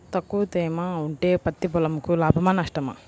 తక్కువ తేమ ఉంటే పత్తి పొలంకు లాభమా? నష్టమా?